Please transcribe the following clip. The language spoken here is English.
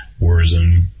Warzone